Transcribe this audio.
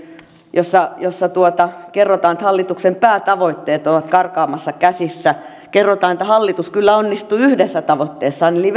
jossa jossa kerrotaan että hallituksen päätavoitteet ovat karkaamassa käsistä kerrotaan että hallitus kyllä onnistui yhdessä tavoitteessaan eli